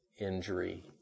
injury